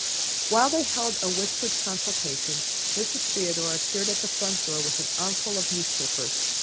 while they held a whispered consultation mrs. theodore appeared at the front door with an armful of newspapers.